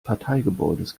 parteigebäudes